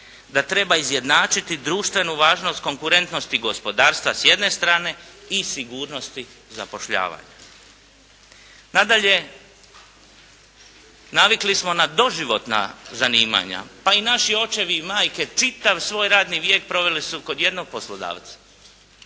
da treba izjednačiti društvenu važnost konkurentnosti gospodarstva s jedne strane i sigurnosti zapošljavanja. Nadalje, navikli smo na doživotna zanimanja. Pa i naši očevi i majke čitav svoj radni vijek proveli su kod jednog poslodavca.